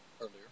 earlier